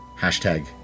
hashtag